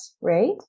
right